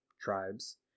tribes